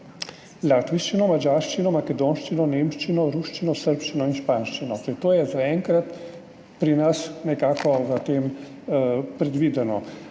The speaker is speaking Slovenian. latvijščino, madžarščino, makedonščino, nemščino, ruščino, srbščino in španščino. To je zaenkrat pri nas nekako v tem predvideno.